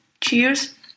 Cheers